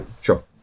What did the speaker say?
Sure